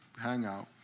hangout